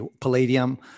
palladium